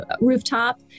rooftop